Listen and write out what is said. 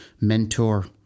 mentor